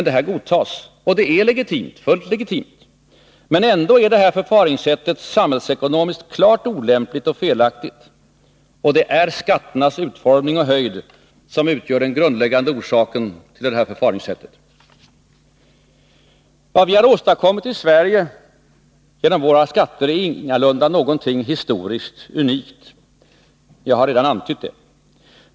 Det här förfaringssättet godtas, och det är fullt legitimt, men ändå är det samhällsekonomiskt klart olämpligt och felaktigt, och det är skatternas utformning och höjd som utgör den grundläggande orsaken till det här förfaringssättet. Vad vi har åstadkommit i Sverige genom våra skatter är ingalunda något historiskt unikt. Jag har redan antytt det.